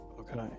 Okay